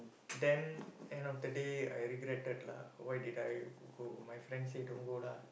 then end of the day I regretted lah why did I go my friend said don't go lah